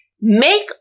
Make